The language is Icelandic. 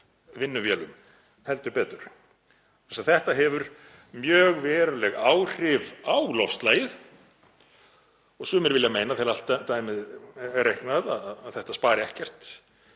vinnuvélum, heldur betur. Svoleiðis að þetta hefur mjög veruleg áhrif á loftslagið og sumir vilja meina, þegar allt dæmið er reiknað, að þetta spari ekkert,